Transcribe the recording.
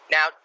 Now